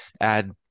add